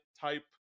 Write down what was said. type